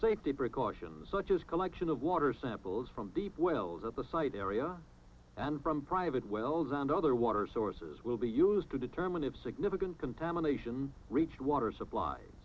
safety precautions such as collection of water samples from deep wells at the site area from private wells and other water sources will be used to determine if significant contamination reach water